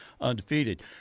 undefeated